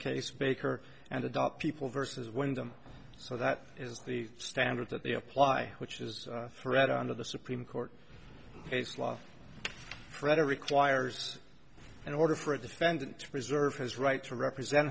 case baker and adopt people versus wyndham so that is the standard that they apply which is thread under the supreme court case law fred requires in order for a defendant to preserve his right to represent